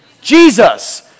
Jesus